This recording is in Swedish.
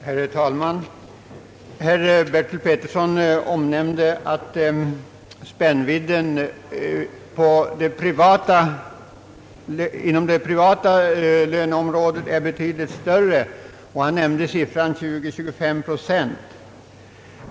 Herr talman! Herr Bertil Petersson sade att spännvidden inom det privata löneområdet är betydligt större än inom det statliga, och han nämnde siffran 24 å 25 procent.